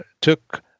took